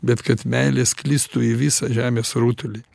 bet kad meilė sklistų į visą žemės rutulį